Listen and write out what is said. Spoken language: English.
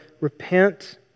repent